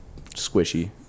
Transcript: squishy